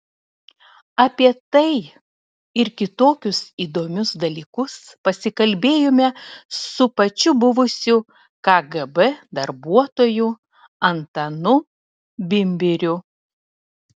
apie tai ir kitokius įdomius dalykus pasikalbėjome su pačiu buvusiu kgb darbuotoju antanu bimbiriu